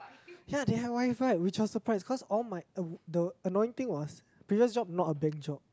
ya they had WiFi which was a surprise cause all my uh the annoying thing was previous job was not a big job